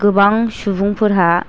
गोबां सुबुंफोरहा